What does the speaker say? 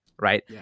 right